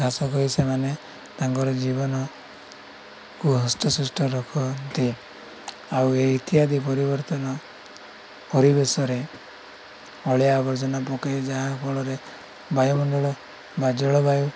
ଚାଷ କରି ସେମାନେ ତାଙ୍କର ଜୀବନକୁ ହସ୍ତସୃଷ୍ଟ ରଖନ୍ତି ଆଉ ଏହି ଇତ୍ୟାଦି ପରିବର୍ତ୍ତନ ପରିବେଶରେ ଅଳିଆ ଆବର୍ଜନା ପକାଇ ଯାହା ଫଳରେ ବାୟୁମଣ୍ଡଳ ବା ଜଳବାୟୁ